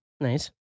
Nice